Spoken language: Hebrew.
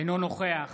אינו נוכח